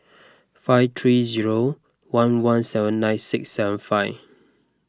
five three zero one one seven nine six seven five